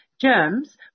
Germs